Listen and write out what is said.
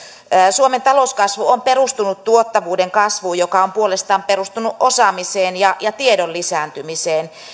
suomen talouskasvu on perustunut tuottavuuden kasvuun joka on puolestaan perustunut osaamiseen ja ja tiedon lisääntymiseen